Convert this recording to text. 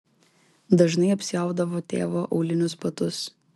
dažnai apsiaudavo tėvo aulinius batus